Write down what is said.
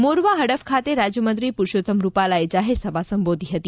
મોરવા હડફ ખાતે રાજયમંત્રી પુરષોતમ રૂપાલાએ જાહેર સભા સંબોધી હતી